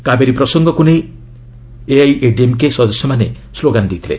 କାବେରୀ ପ୍ରସଙ୍ଗକ୍ତ ନେଇ ଏଆଇଏଡିଏମ୍କେ ସଦସ୍ୟମାନେ ମଧ୍ୟ ସ୍କୋଗାନ ଦେଇଥିଲେ